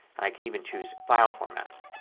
i can even choose file formats.